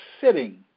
sitting